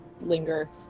linger